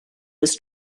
was